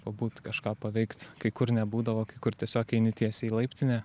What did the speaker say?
pabūt kažką paveikt kai kur nebūdavo kai kur tiesiog eini tiesiai į laiptinę